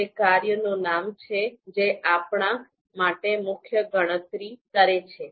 આ તે કાર્યનું નામ છે જે આપણા માટે મુખ્ય ગણતરી કરે છે